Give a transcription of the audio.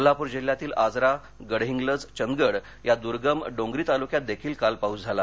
कोल्हापूर् जिल्ह्यातील आजरा गडहिंग्लज चंदगड या दुर्गम डोंगरी तालुक्यात देखील काल पाऊस झाला